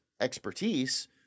expertise